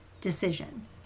decision